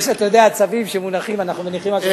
יש עוד צווים שמונחים, אנחנו לא קוראים אותם.